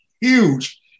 huge